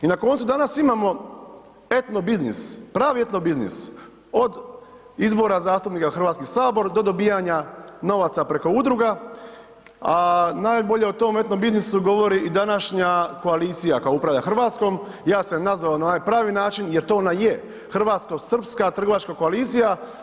I na koncu, danas imamo etno biznis, pravi etno biznis od izbora zastupnika u HS do dobivanja novaca preko udruga, a najbolje o tom etno biznisu govori i današnja koalicija koja upravlja Hrvatskom, ja sam je nazvao na onaj pravi način jer to ona je, hrvatsko-srpska trgovačka koalicija.